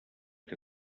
que